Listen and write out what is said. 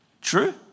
True